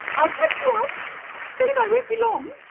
i'll catch you up tell him i won't be long!